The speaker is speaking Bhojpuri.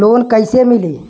लोन कइसे मिलि?